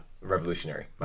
revolutionary